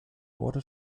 wurde